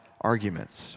arguments